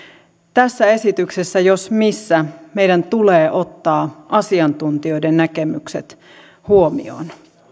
tässä esityksessä jos missä meidän tulee ottaa asiantuntijoiden näkemykset huomioon